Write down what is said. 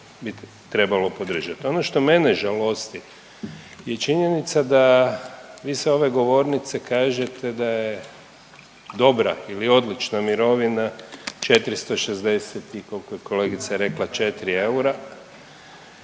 bi trebalo podržati. Ono što mene žalosti je činjenica da vi sa ove govornice kažete da je dobra ili odlična mirovina 460 i koliko je kolegica rekla, 4 eura,